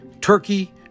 Turkey